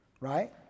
Right